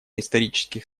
исторических